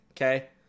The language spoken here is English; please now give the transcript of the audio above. Okay